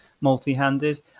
multi-handed